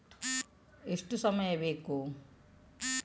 ಎಷ್ಟು ಸಮಯ ಬೇಕು?